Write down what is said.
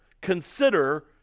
consider